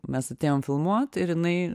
mes atėjom filmuot ir jinai